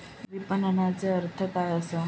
विपणनचो अर्थ काय असा?